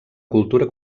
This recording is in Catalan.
cultura